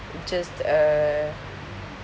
just uh